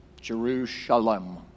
Jerusalem